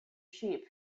sheep